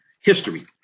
history